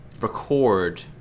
record